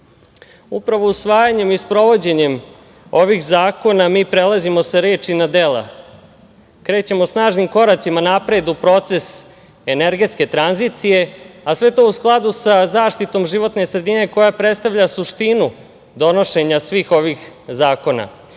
usvajanjem i sprovođenjem ovih zakona mi prelazimo sa reči na dela, krećemo snažnim koracima napred u proces energetske tranzicije, a sve to u skladu sa zaštitom životne sredine koja predstavlja suštinu donošenja svih ovih zakona. Srbija